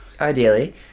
ideally